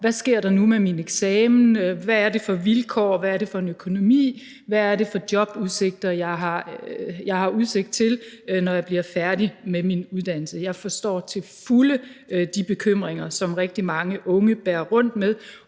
Hvad sker der nu med min eksamen? Hvad er det for vilkår, hvad er det for en økonomi, hvad er det for job, jeg har udsigt til, når jeg bliver færdig med min uddannelse? Jeg forstår til fulde de bekymringer, som rigtig mange unge bærer rundt på,